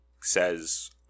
says